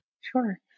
Sure